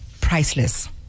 priceless